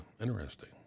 interesting